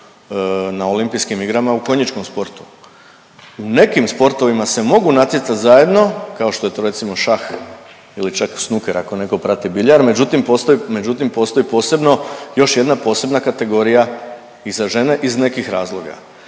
na Olimpijskim igrama u konjičkom sportu. U nekim sportovima se mogu natjecati zajedno kao što je to recimo šah ili čak snooker ako neko prati biljar, međutim postoji, međutim postoji posebno još jedna kategorija i za žene iz nekih razloga.